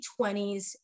20s